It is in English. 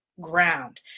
ground